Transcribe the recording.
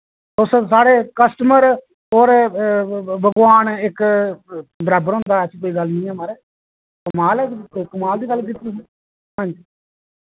तुस साढ़े कस्टमर और भगवान इक बराबर होंदा ऐसी कोई गल्ल नी ऐ माराज कमाल ऐ कमाल दी गल्ल कीती तुसें हां जी